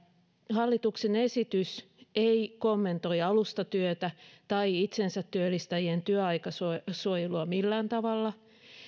hallituksen esitys ei kommentoi alustatyötä tai itsensätyöllistäjien työaikasuojelua millään tavalla